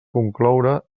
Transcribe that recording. concloure